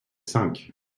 cinq